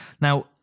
now